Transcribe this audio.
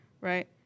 right